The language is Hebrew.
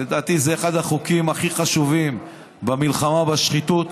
לדעתי זה אחד החוקים הכי חשובים במלחמה בשחיתות.